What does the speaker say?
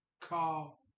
call